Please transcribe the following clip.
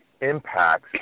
impacts